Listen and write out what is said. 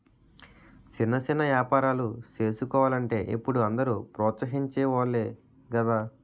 సిన్న సిన్న ఏపారాలు సేసుకోలంటే ఇప్పుడు అందరూ ప్రోత్సహించె వోలే గదా